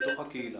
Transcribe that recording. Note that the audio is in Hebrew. בתוך הקהילה.